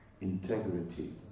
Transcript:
integrity